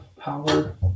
power